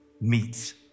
meets